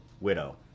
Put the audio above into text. Widow